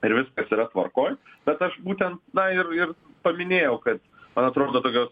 ir viskas yra tvarkoj bet aš būtent na ir ir paminėjau kad man atrodo tokios